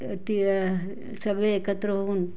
टीया सगळे एकत्र होऊन